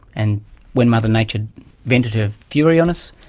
and when mother nature vented her fury on us,